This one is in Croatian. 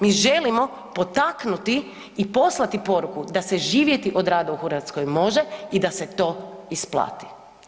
Mi želimo potaknuti i poslati poruku da se živjeti od rada u Hrvatskoj može i da se to isplati.